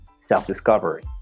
self-discovery